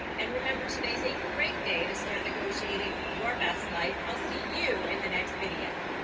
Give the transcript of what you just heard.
and remember, today's a great day to start negotiating your best life. i'll see you in the next video.